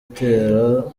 atera